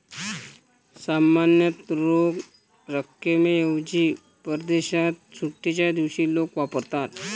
सामान्यतः रोख रकमेऐवजी परदेशात सुट्टीच्या दिवशी लोक वापरतात